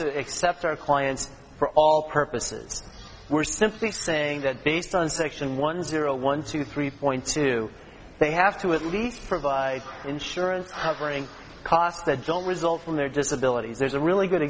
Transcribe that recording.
to accept our client for all purposes we're simply saying that based on section one zero one two three point two they have to at least provide insurance hovering costs that don't result from their disability there's a really good